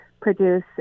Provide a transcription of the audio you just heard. produce